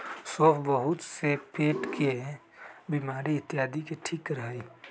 सौंफ बहुत से पेट के बीमारी इत्यादि के ठीक करा हई